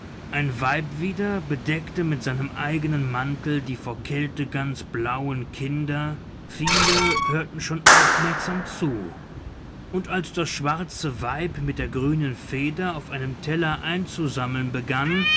ein weib wieder bedeckte mit seinem eigenen mantel die vor kälte ganz blauen kinder viele hörten schon aufmerksam zu und als das schwarze weib mit der grünen feder auf einem teller einzusammeln begann